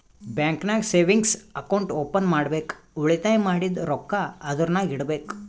bank ನಾಗ್ savings account open ಮಾಡ್ಬೇಕ ಉಳಿತಾಯ ಮಾಡಿದ್ದು ರೊಕ್ಕಾ ಅದುರ್ನಾಗ್ ಇಡಬೇಕ್